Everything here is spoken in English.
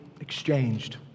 exchanged